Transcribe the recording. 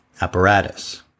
apparatus